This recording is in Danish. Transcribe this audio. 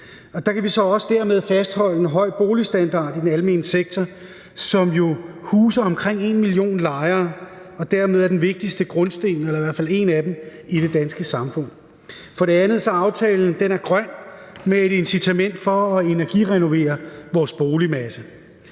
Vi kan også dermed fastholde en høj boligstandard i den almene sektor, som jo huser omkring en million lejere og dermed er den vigtigste grundsten – eller i hvert fald en af dem – i det danske samfund. For det andet er aftalen grøn med et incitament til at energirenovere vores boligmasse.